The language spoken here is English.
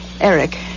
Eric